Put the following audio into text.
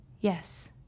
yes